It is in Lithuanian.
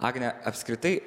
agne apskritai